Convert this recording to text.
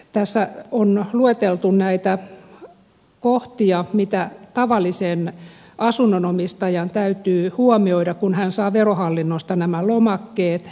tässä on lueteltu näitä kohtia mitä tavallisen asunnonomistajan täytyy huomioida kun hän saa verohallinnosta nämä lomakkeet